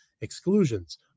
Exclusions